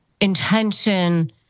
intention